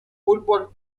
fútbol